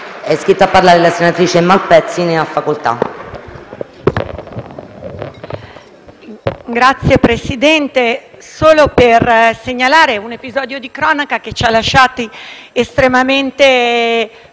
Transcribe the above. intervengo solo per segnalare un episodio di cronaca che ci ha lasciati estremamente